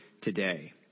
today